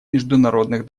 международных